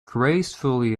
gracefully